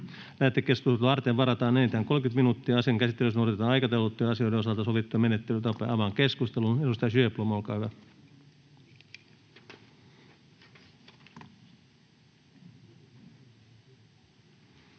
Lähetekeskustelua varten varataan enintään 30 minuuttia. Asian käsittelyssä noudatetaan aikataulutettujen asioiden osalta sovittuja menettelytapoja. — Avaan keskustelun, ja esittelypuheenvuoro,